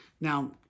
Now